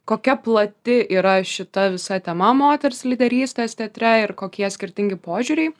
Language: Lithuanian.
kokia plati yra šita visa tema moters lyderystės teatre ir kokie skirtingi požiūriai